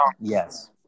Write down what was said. Yes